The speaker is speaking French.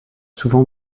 souvent